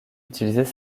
utilisait